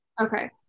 Okay